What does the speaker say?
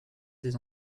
des